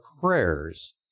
prayers